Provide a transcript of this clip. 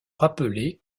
rappeler